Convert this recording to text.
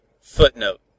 Footnote